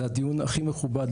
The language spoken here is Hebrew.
זה הדיון הכי מכובד,